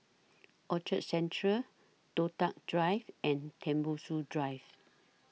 Orchard Central Toh Tuck Drive and Tembusu Drive